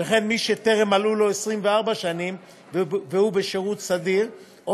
וכן מי שטרם מלאו לו 24 שנים והוא בשירות סדיר או